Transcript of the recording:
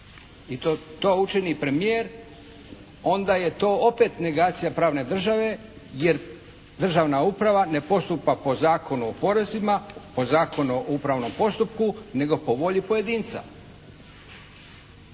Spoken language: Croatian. i to učini premijer onda je to opet negacija pravne države, jer državna uprava ne postupa po Zakonu o porezima, po Zakonu o upravnom postupku nego po volji pojedinca.